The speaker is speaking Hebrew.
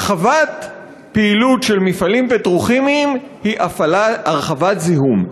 הרחבת פעילות של מפעלים פטרוכימיים היא הרחבת זיהום.